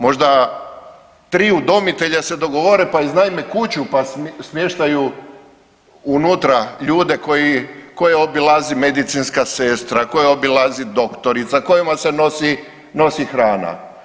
Možda tri udomitelja se dogovore, pa iznajme kuću, pa smještaju unutra ljude koje obilazi medicinska sestra, koje obilazi doktorica, kojima se nosi, nosi hrana.